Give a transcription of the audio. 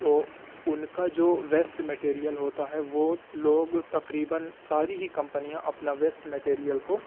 تو ان کا جو ویسٹ مٹیریل ہوتا ہے وہ لوگ تقریباً ساری ہی کمپنیاں اپنا ویسٹ مٹیریل کو